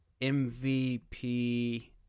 MVP